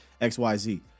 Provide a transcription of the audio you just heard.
XYZ